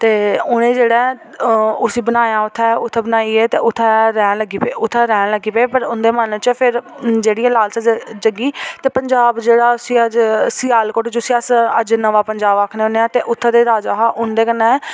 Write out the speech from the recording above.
ते उ'नें जेह्ड़ा ऐ उसी बनाया उत्थै उत्थै बनाइयै ते उत्थै रौह्न लगी पे उत्थेै रौह्न लगी पे पर उं'दे मनै च फेर जेह्ड़ी एह् लालसा जग जगी ते पंजाब जेह्ड़ा सियाल सियालकोट जिसी अज्ज अस नमां पंजाब आखने होन्ने आं ते उत्थुं दे राजा हा उं'दे कन्नै